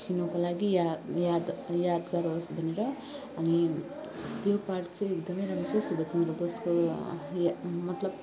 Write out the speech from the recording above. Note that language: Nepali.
चिनोको लागि वा याद यादगार होस् भनेर अनि त्यो पार्क चाहिँ एकदम राम्रो छ सुभाषचन्द्र बोसको वा मतलब